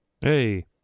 Hey